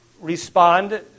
respond